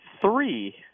three